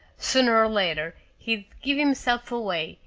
sooner or later, he'd give himself away,